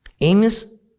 Amos